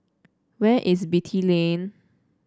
where is Beatty Lane